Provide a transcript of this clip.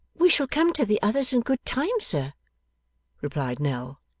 we shall come to the others in good time, sir replied nell,